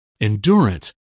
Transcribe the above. endurance